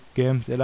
games